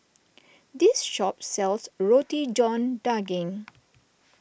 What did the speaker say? this shop sells Roti John Daging